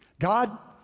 god,